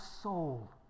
soul